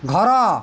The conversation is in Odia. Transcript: ଘର